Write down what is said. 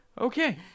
okay